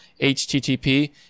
HTTP